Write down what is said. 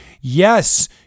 yes